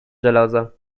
żelaza